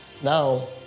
Now